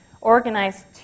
organized